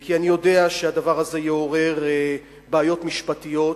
כי אני יודע שהדבר הזה יעורר בעיות משפטיות: